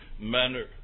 manner